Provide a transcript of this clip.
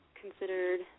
Considered